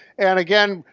and again,